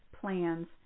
plans